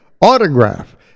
Autograph